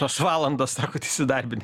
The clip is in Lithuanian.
tos valandos sakot įsidarbini